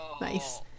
Nice